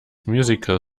musical